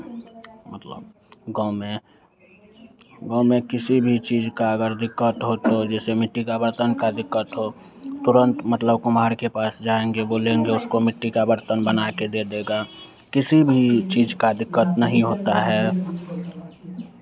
मतलब गाँव में गाँव में किसी भी चीज़ का अगर दिक्कत हो तो जैसे मिट्टी का बर्तन का दिक्कत हो तुरंत मतलब कुम्हार के पास जाएंगे बोलेंगे उसको मिट्टी का बर्तन बना के दे देगा किसी भी चीज़ का दिक्कत नहीं होता है